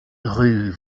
rue